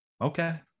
Okay